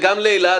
וגם לאילת,